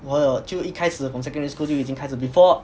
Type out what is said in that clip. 我就一开始 from secondary school 就已经开始 before